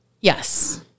Yes